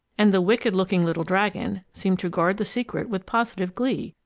and the wicked looking little dragon seemed to guard the secret with positive glee,